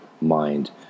mind